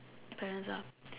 the parents are